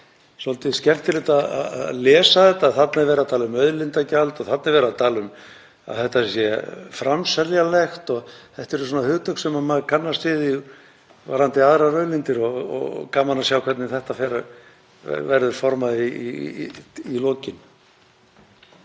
svolítið skemmtilegt að lesa þetta, þarna er verið að tala um auðlindagjald og þarna er verið að tala um að þetta sé framseljanlegt og þetta eru hugtök sem maður kannast við varðandi aðrar auðlindir og gaman að sjá hvernig þetta verður formað í lokin.